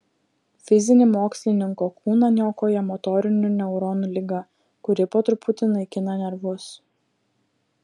fizinį mokslininko kūną niokoja motorinių neuronų liga kuri po truputį naikina nervus